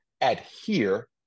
Adhere